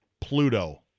Pluto